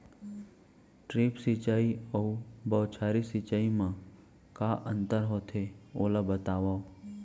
Drip सिंचाई अऊ बौछारी सिंचाई मा का अंतर होथे, ओला बतावव?